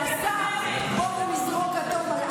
שמשית עלינו סתם הוצאות כבדות בלי